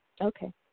Okay